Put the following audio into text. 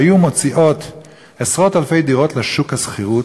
שהיה מוציא עשרות-אלפי דירות לשוק השכירות,